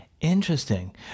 interesting